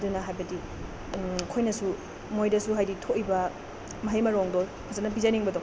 ꯑꯗꯨꯅ ꯍꯥꯏꯕꯗꯤ ꯑꯩꯈꯣꯏꯅꯁꯨ ꯃꯣꯏꯗꯁꯨ ꯍꯥꯏꯗꯤ ꯊꯣꯛꯏꯕ ꯃꯍꯩ ꯃꯔꯣꯡꯗꯣ ꯐꯖꯅ ꯄꯤꯖꯅꯤꯡꯕꯗꯣ